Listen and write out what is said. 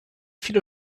viele